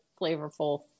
flavorful